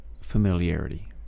familiarity